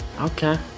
Okay